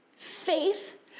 Faith